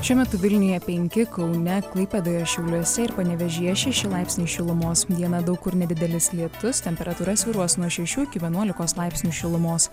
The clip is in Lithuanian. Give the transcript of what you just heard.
šiuo metu vilniuje penki kaune klaipėdoje šiauliuose ir panevėžyje šeši laipsniai šilumos dieną daug kur nedidelis lietus temperatūra svyruos nuo šešių iki vienuolikos laipsnių šilumos